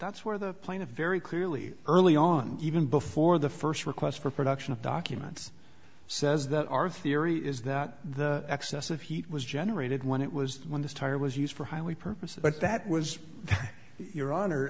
that's where the plane a very clearly early on even before the first request for production of documents says that our theory is that the excessive heat was generated when it was when this tire was used for highway purposes but that was your honor